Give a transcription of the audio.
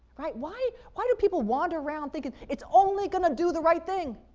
right? why why do people wander around thinking it's only going to do the right thing,